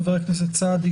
חבר הכנסת סעדי,